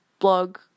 blog